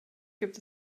gibt